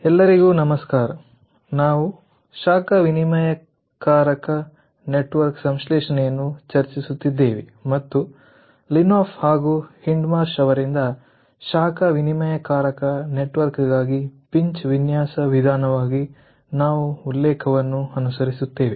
ಎಲ್ಲರಿಗೂ ನಮಸ್ಕಾರ ನಾವು ಶಾಖ ವಿನಿಮಯಕಾರಕ ನೆಟ್ವರ್ಕ್ ಸಂಶ್ಲೇಷಣೆಯನ್ನು ಚರ್ಚಿಸುತ್ತಿದ್ದೇವೆ ಮತ್ತು ಲಿನ್ಹಾಫ್ ಹಾಗೂ ಹಿಂದ್ಮಾರ್ಷ್ ಅವರಿಂದ ಶಾಖ ವಿನಿಮಯಕಾರಕ ನೆಟ್ವರ್ಕ್ ಗಾಗಿ ಪಿಂಚ್ ವಿನ್ಯಾಸ ವಿಧಾನವಾಗಿ ನಾವು ಉಲ್ಲೇಖವನ್ನು ಅನುಸರಿಸುತ್ತೇವೆ